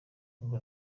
ngo